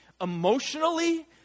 emotionally